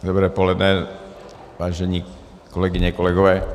Dobré poledne, vážené kolegyně, kolegové.